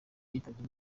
yitabye